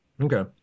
Okay